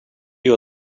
you